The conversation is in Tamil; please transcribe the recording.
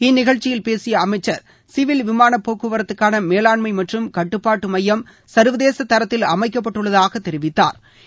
இந்நிகழ்ச்சியில் பேசிய அமைச்சர் சிவில் விமானப் போக்குவரத்துக்கான மேலாண்மை மற்றும் கட்டுப்பாட்டு மையம் சா்வதேச தரத்தில் அமைக்கப்பட்டுள்ளதாக தெரிவித்தாா்